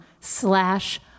slash